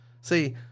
See